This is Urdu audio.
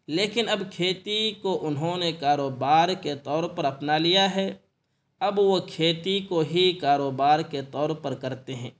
لیکن اب کھیتی کو انہوں نے کاروبار کے طور پر اپنا لیا ہے اب وہ کھیتی کو ہی کاروبار کے طور پر کرتے ہیں